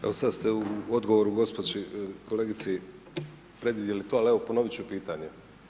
Evo sada ste u odgovoru gospođi, kolegici predvidjeli to, ali evo ponoviti ću pitanje.